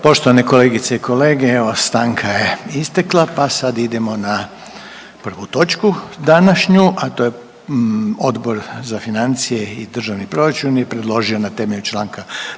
Poštovane kolegice i kolege, evo stanka je istekla pa sad idemo na prvu točku današnju, a to je Odbor za financije i državni proračun je predložio na temelju Članka